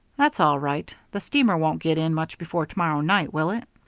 that's all right. the steamer won't get in much before to-morrow night, will it?